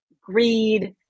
greed